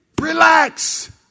Relax